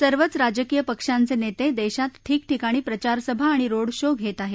सर्वच राजकीय पक्षांचे नेते देशात ठिकठिकाणी प्रचारसभा आणि रोड शो घेत आहेत